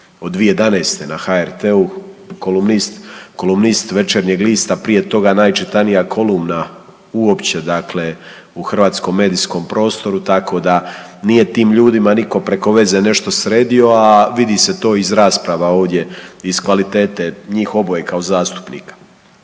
od 2011. na HRT-u kolumnist, kolumnist Večernjeg lista. Prije toga najčitanija kolumna uopće dakle u hrvatskom medijskom prostoru. Tako da nije tim ljudima nitko preko veze nešto sredio, a vidi se to iz rasprava ovdje iz kvalitete njih oboje kao zastupnika